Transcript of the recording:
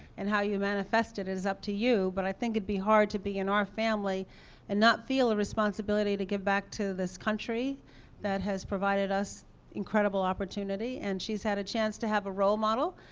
and how you manifest it is up to you, but i think it'd be hard to be in our family and not feel a responsibility to give back to this country that has provided us incredible opportunity, and she's had a chance to have a role model,